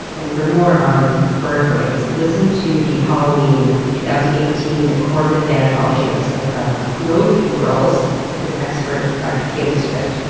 and for more on bird brains listen to the halloween two thousand and eighteen corvid thanatology episode about crow funerals with expert dr. kaeli swift.